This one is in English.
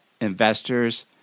investors